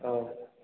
औ